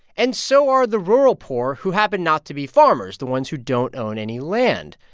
and so are the rural poor who happen not to be farmers the ones who don't own any land.